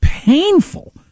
painful